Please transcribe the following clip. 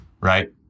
right